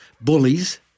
bullies